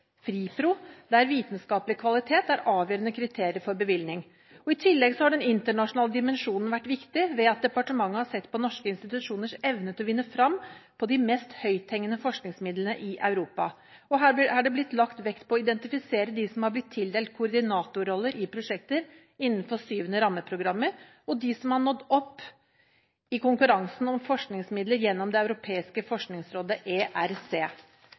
FRIPRO, der vitenskapelig kvalitet er et avgjørende kriterium for bevilgning. I tillegg har den internasjonale dimensjonen vært viktig ved at departementet har sett på norske institusjoners evne til å vinne fram i kampen om de mest høythengende forskningsmidlene i Europa. Her har det blitt lagt vekt på å identifisere dem som har blitt tildelt koordinatorroller i prosjekter innenfor EUs 7. rammeprogram, og dem som har nådd opp i konkurransen om forskningsmidler gjennom Det europeiske forskningsrådet, ERC.